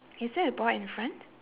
is there a boy in front